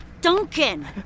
Duncan